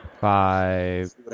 five